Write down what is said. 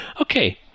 Okay